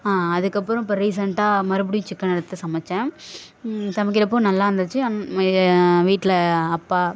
அதுக்கப்புறம் இப்போ ரீசெண்டாக மறுபடியும் சிக்கன் எடுத்து சமைச்சேன் சமைக்கிறப் போது நல்லா இருந்துச்சு அம் வீட்டில் அப்பா